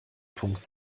punkt